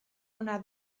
ona